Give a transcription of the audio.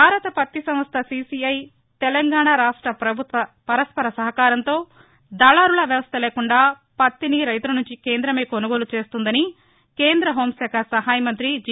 భారత పత్తి సంస్ద సిసిఐ తెలంగాణా రాష్ట పభుత్వ పరస్పర సహకారంతో దళారుల వ్యవస్థ లేకుండా పత్తిని రైతుల నుంచి కేందమే కొనుగోలు చేస్తుందని కేంద హెూంశాఖ సహాయమంతి జి